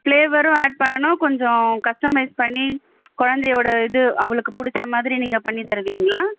ஃப்ளேவரும் ஆட் பண்ணணும் கொஞ்சம் கஸ்டமைஸ் பண்ணி குழந்தையோட இது அவளுக்கு பிடிச்ச மாதிரி நீங்கள் பண்ணி தருவீங்களா